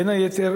בין היתר,